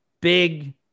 big